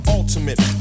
Ultimate